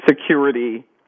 security